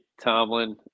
Tomlin